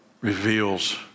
reveals